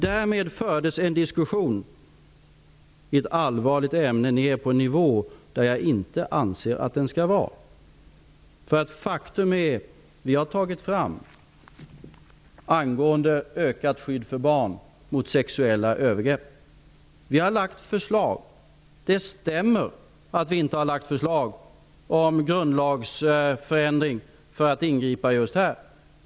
Därmed fördes en diskussion i ett allvarligt ämne ned på en nivå där jag inte anser att den skall vara. Faktum är att regeringen har tagit fram en promemoria angående ökat skydd för barn mot sexuella övergrepp. Vi har lagt fram förslag. Det stämmer att vi inte har lagt fram förslag om grundlagsförändring för att ingripa just här.